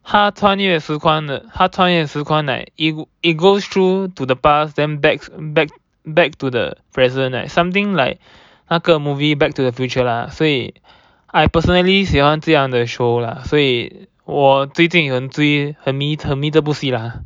他穿越时光的他穿越时空 like like it goes through to the past then back back back to the present like something like 那个 movie back to the future lah 所以 I personally 喜欢这样的 show lah 所以我最近有追很迷这部戏啦